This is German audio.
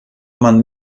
man